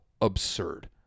absurd